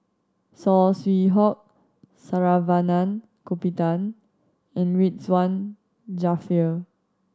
Saw Swee Hock Saravanan Gopinathan and Ridzwan Dzafir